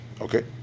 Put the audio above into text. okay